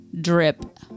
drip